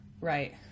Right